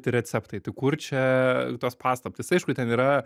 receptai tai kur čia tos paslaptys aišku ten yra